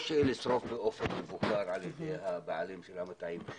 או לשרוף באופן מבוקר על ידי הבעלים של המטעים.